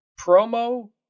promo